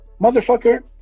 Motherfucker